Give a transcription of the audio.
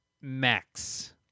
max